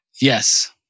Yes